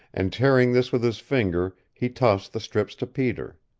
and tearing this with his fingers he tossed the strips to peter.